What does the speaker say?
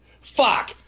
Fuck